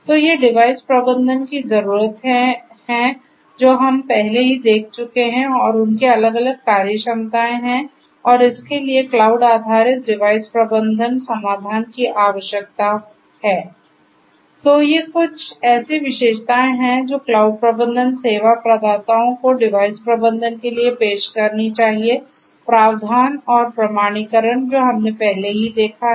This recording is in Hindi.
तो ये डिवाइस प्रबंधन की ज़रूरतें हैं जो हम पहले ही देख चुके हैं और उनकी अलग अलग कार्यक्षमताएँ हैं और इसके लिए क्लाउड आधारित डिवाइस प्रबंधन समाधान की आवश्यकता क्यों है